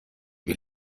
wie